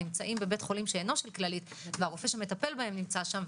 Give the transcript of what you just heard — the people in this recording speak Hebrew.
נמצאים בבית חולים לא של כללית והרופא שמטפל בהם נמצא שם,